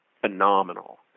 phenomenal